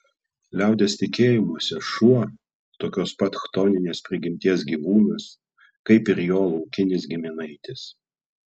liaudies tikėjimuose šuo tokios pat chtoninės prigimties gyvūnas kaip ir jo laukinis giminaitis